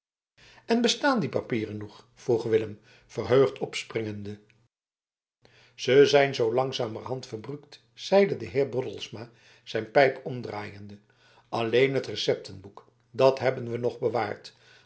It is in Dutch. en bestaan die papieren nog vroeg willem verheugd opspringende ze zijn zoo langzamerhand verbruukt zeide de heer broddelsma zijn pijp omdraaiende alleen het receptenboek dat hebben we nog bewaard